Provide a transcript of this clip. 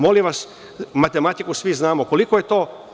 Molim vas, matematiku svi znamo, koliko je to.